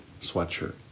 sweatshirt